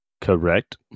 Correct